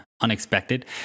unexpected